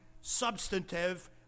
substantive